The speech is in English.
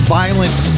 violent